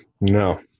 No